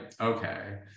Okay